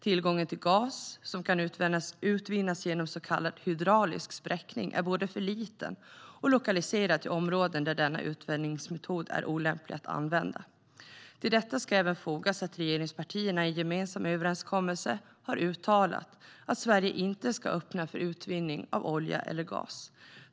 Tillgången till gas som kan utvinnas genom s.k. hydraulisk spräckning är både för liten och lokaliserad till områden där denna utvinningsmetod är olämplig att använda. Till detta ska även fogas att regeringspartierna i en gemensam överenskommelse har uttalat att Sverige inte ska öppna för utvinning av olja eller gas.